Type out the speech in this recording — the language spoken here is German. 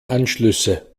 anschlüsse